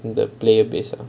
the player base ah